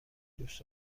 دوست